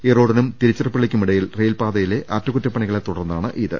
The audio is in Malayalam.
ഈറോഡിനും തിരുച്ചിറപ്പള്ളിക്കുമിടയിൽ റെയിൽപാതയിലെ അറ്റ കുറ്റപ്പണികളെ തുടർന്നാണിത്